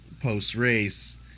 post-race